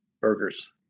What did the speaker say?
burgers